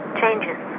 changes